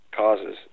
causes